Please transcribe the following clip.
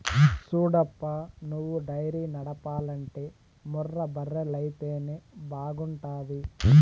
సూడప్పా నువ్వు డైరీ నడపాలంటే ముర్రా బర్రెలైతేనే బాగుంటాది